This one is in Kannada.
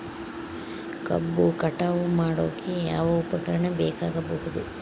ಕಬ್ಬು ಕಟಾವು ಮಾಡೋಕೆ ಯಾವ ಉಪಕರಣ ಬೇಕಾಗಬಹುದು?